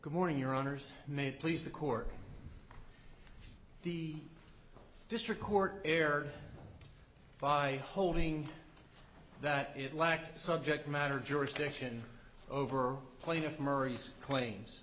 good morning your honors may please the court the district court erred by holding that it lacked subject matter jurisdiction over plaintiff murray's claims